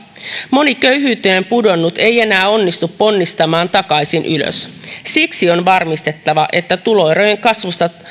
moni köyhyyteen pudonnut ei enää onnistu ponnistamaan takaisin ylös siksi on varmistettava että tuloerojen kasvusta